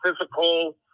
physical